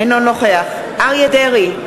אינו נוכח אריה דרעי,